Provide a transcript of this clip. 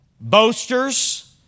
boasters